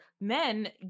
men